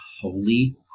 Holy